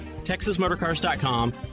TexasMotorcars.com